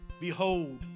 behold